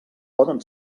poden